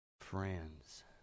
friends